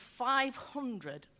500